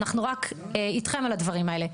אנחנו רק איתכם על הדברים האלה.